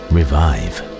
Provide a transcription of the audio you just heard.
Revive